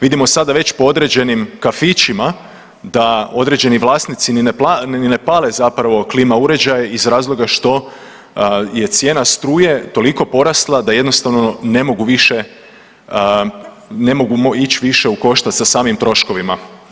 Vidimo sada već po određenim kafićima, da određeni vlasnici ni ne pale zapravo klima uređaje iz razloga što je cijena struje toliko porasla da jednostavno ne mogu ići više u koštac sa samim troškovima.